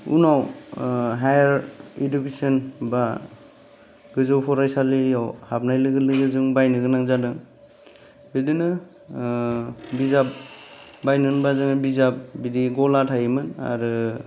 उनाव higher education बा गोजौ फरायसालियाव हाबनाय लोगो लोगो जों बायनो गोनां जादों बिदिनो बिजाब बायनो होनबा जोङो बिजाब बिदि गला थायोमोन आरो